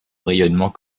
rayonnement